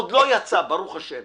עוד לא יצא, ברוך השם